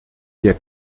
der